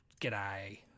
g'day